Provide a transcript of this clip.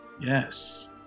Yes